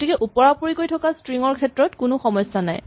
গতিকে ওপৰাওপৰিকৈ থকা স্ট্ৰিং ৰ ক্ষেত্ৰত কোনো সমস্যা নাই